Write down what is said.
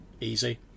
Easy